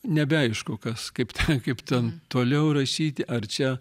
nebeaišku kas kaip kaip ten toliau rašyti ar čia